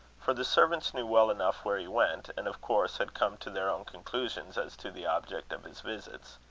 for the servants knew well enough where he went, and of course had come to their own conclusions as to the object of his visits.